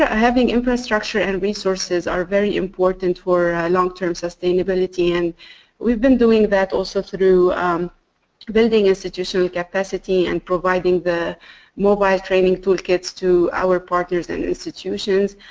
ah having infrastructure and resources are very important for long term sustainability. and we've been doing that also through building institutional capacity and providing the mobile training tool kits to our partners and institutions